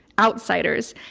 outsiders.